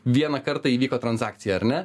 vieną kartą įvyko transakcija ar ne